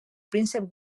príncep